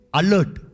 alert